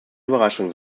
überraschung